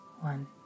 one